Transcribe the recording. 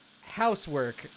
Housework